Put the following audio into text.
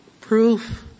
proof